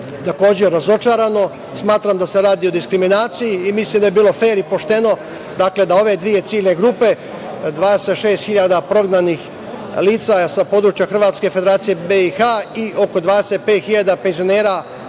takođe razočarano. Smatram da se radi o diskriminaciji. Mislim da bi bilo fer i pošteno da ove dve ciljne grupe, 26.000 prognanih lica sa područja Hrvatske i Federacije BiH i oko 25.000 penzionera